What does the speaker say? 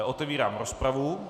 Otevírám rozpravu.